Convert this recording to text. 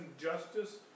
justice